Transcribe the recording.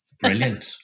brilliant